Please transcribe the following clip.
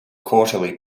quarterly